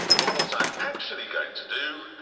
but what i'm actually going to do.